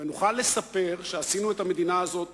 ונוכל לספר שעשינו את המדינה הזאת